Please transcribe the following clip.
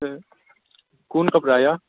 hello केहेन कपड़ा अय